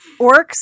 orcs